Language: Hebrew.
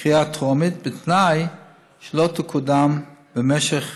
בקריאה טרומית, בתנאי שלא תקודם במשך